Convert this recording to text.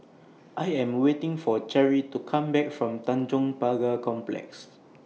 I Am waiting For Cheri to Come Back from Tanjong Pagar Complex